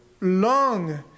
long